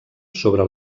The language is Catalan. sobre